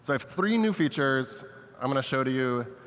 have three new features i'm going to show to you.